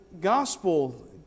gospel